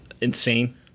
insane